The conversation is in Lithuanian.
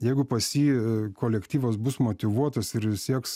jeigu pas jį kolektyvas bus motyvuotas ir jis sieks